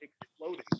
exploding